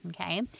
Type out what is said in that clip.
Okay